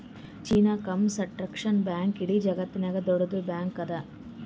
China Construction Bank ಇಡೀ ಜಗತ್ತನಾಗೆ ದೊಡ್ಡುದ್ ಬ್ಯಾಂಕ್ ಅದಾ